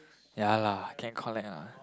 ya lah can collect ah